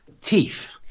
Teeth